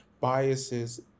biases